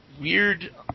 weird